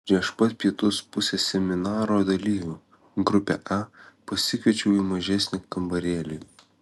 prieš pat pietus pusę seminaro dalyvių grupę a pasikviečiau į mažesnį kambarėlį